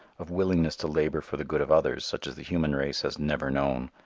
of willingness to labor for the good of others, such as the human race has never known,